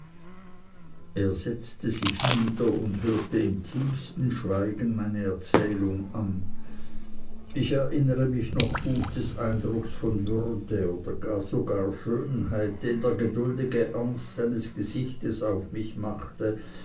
er setzte sich nieder und hörte im tiefsten schweigen meine erzählung an ich erinnere mich noch gut des eindrucks von würde und sogar von schönheit den der geduldige ernst seines gesichtes auf mich machte